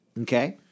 Okay